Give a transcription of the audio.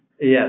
Yes